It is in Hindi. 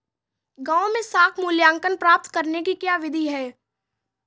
गाँवों में साख मूल्यांकन प्राप्त करने की क्या विधि है?